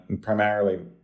primarily